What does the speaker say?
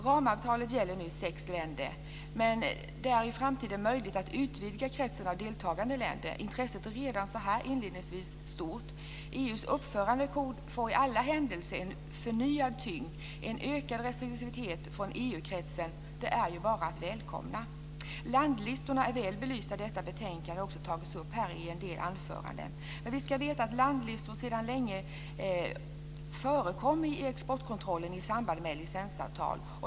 Ramavtalet gäller nu i sex länder, men det är i framtiden möjligt att utvidga kretsen av deltagande länder. Intresset är redan så här inledningsvis stort. EU:s uppförandekod får i alla händelser en förnyad tyngd. En ökad restriktivitet från EU kretsen är ju bara att välkomna. Landlistorna är väl belysta i detta betänkande och har också tagits upp i en del anföranden här. Men vi ska veta att landlistor sedan länge förekommer i exportkontrollen i samband med licensavtal.